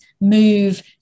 move